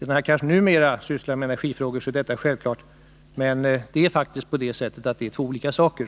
Då herr Cars numera sysslar med energifrågor bör det vara självklart för honom att det faktiskt är två olika saker.